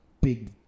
big